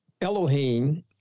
Elohim